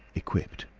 equipped.